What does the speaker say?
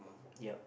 yep